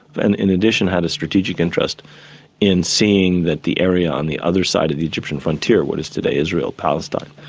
and in addition they had a strategic interest in seeing that the area on the other side of the egyptian frontier, what is today israel palestine,